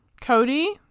Cody